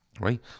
Right